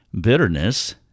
bitterness